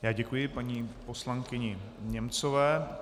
Já děkuji paní poslankyni Němcové.